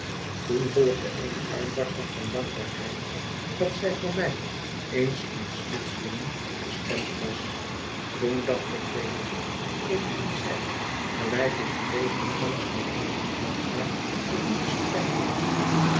toen volgde eene uitbarsting van dankbaarheid dat zij voor mij eens een smidsjongen bestemd was toen dacht ik weder indien zij gelijk ik vreesde thans nog lang niet dankbaar voor die bestemming was